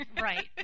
Right